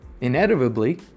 inevitably